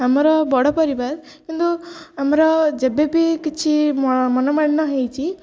ଆମର ବଡ଼ ପରିବାର କିନ୍ତୁ ଆମର ଯେବେବି କିଛି ମନମାଳିନ୍ୟ ହୋଇଛି